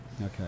Okay